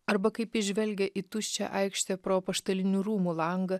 arba kaip jis žvelgia į tuščią aikštę pro apaštalinių rūmų langą